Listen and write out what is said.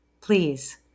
Please